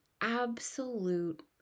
absolute